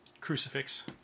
crucifix